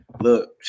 Look